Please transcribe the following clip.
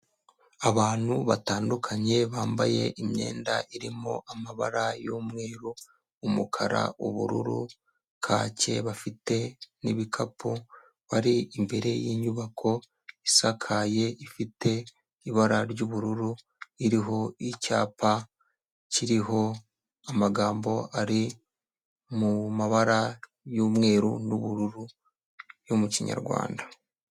Abantu batandukanye bambaye imyenda irimo amabara y'umweru, umukara, ubururu, kake, bafite n'ibikapu bari imbere y'inyubako isakaye, ifite ibara ry'ubururu iriho icyapa kiriho amagambo ari mu mabara y'umweru, n'ubururu yo mu kinyarwanda.